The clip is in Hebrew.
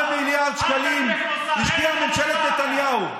15 מיליארד שקלים השקיעה ממשלת נתניהו.